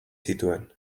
zituen